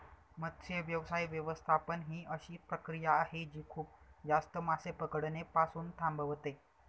मत्स्य व्यवसाय व्यवस्थापन ही अशी प्रक्रिया आहे जी खूप जास्त मासे पकडणे पासून थांबवते